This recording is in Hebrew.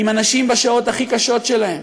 אם אנשים בשעות הכי קשות שלהם,